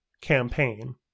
campaign